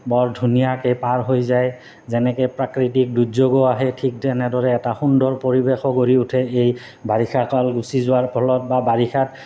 বৰ ধুনীয়াকৈ পাৰ হৈ যায় যেনেকৈ প্ৰাকৃতিক দুৰ্যোগো আহে ঠিক তেনেদৰে এটা সুন্দৰ পৰিৱেশো গঢ়ি উঠে এই বাৰিষা কাল গুচি যোৱাৰ ফলত বা বাৰিষাত